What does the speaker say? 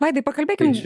vaidai pakalbėkim